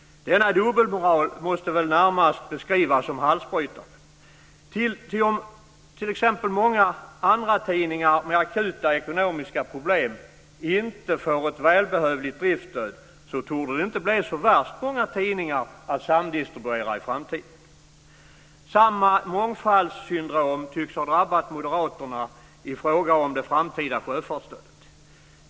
Denna dubbelmoral måste väl närmast beskrivas som halsbrytande. Om t.ex. många andratidningar med akuta ekonomiska problem inte får ett välbehövligt driftsstöd torde det inte bli så värst många tidningar att samdistribuera i framtiden. Samma mångfaldssyndrom tycks ha drabbat moderaterna i fråga om det framtida sjöfartsstödet.